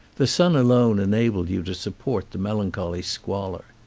the sun alone enabled you to support the melancholy squalor.